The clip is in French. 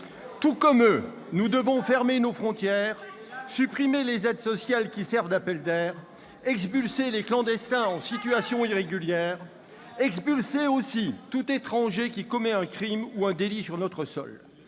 Tout comme eux, nous devons fermer nos frontières, supprimer les aides sociales qui servent d'appel d'air, expulser les clandestins en situation irrégulière, expulser aussi tout étranger qui commet un crime ou un délit sur notre sol.